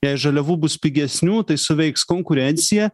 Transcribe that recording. jei žaliavų bus pigesnių tai suveiks konkurencija